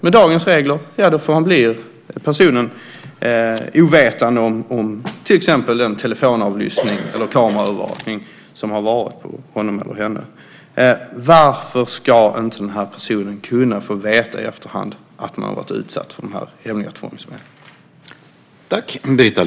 Med dagens regler blir personen ovetande om till exempel en telefonavlyssning eller kameraövervakning som har skett. Varför ska inte personen kunna få veta i efterhand att han eller hon har varit utsatt för hemliga tvångsmedel?